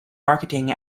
marketing